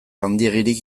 handiegirik